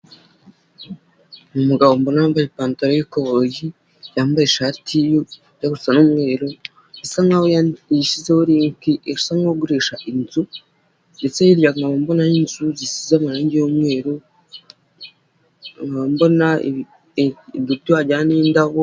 i umugabo mbona wambaye ipantaro y'ikoboyi yambaye ishati ijya gusa n'umweru isa nkaho yishyize linki isa nk'igurisha inzu ndetse hirya nkaba mbonayo inzu zisize amarange y'umweru nkaba mbona ibiti wagira n'indabo.